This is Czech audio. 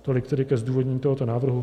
Tolik tedy ke zdůvodnění tohoto návrhu.